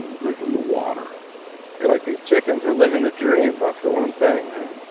and drinking the water like, these chickens are living the dream but for one thing, right?